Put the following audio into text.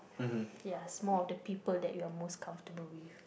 yes more of the people that you are most comfortable with